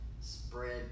spread